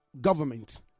government